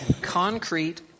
concrete